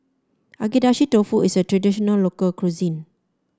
Agedashi Dofu is a traditional local cuisine